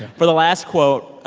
for the last quote,